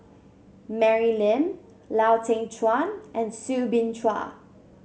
Mary Lim Lau Teng Chuan and Soo Bin Chua